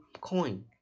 coin